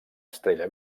estrella